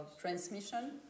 transmission